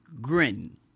Grin